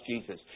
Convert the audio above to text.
Jesus